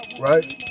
right